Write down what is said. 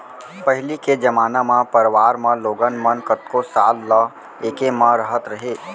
पहिली के जमाना म परवार म लोगन मन कतको साल ल एके म रहत रहें